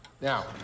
now